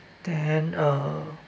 then uh